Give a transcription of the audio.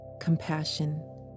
compassion